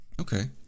Okay